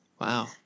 Wow